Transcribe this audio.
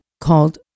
called